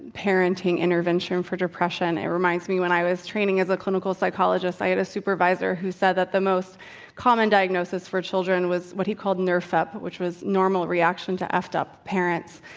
parenting intervention for depression. it reminds me when i was training as a clinical psychologist. i had a supervisor who said that the most common diagnosis for children was what he called nrfup, which was normal reaction to effed up parents.